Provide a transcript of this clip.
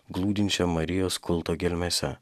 glūdinčią marijos kulto gelmėse